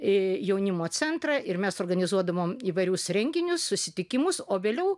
į jaunimo centrą ir mes organizuodavome įvairius renginius susitikimus o vėliau